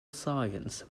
science